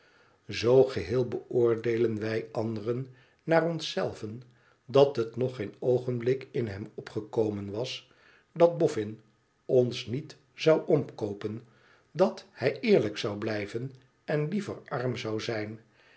zoo geheel beoordeelen wij anderen naar ons zelven dat het nog geen oogenblik in hem opgekomen was datboffin tons niet zou omkoopen dat hij eerlijk zou blijven en liever arm zou zijn